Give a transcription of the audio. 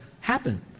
happen